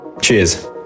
Cheers